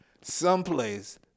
someplace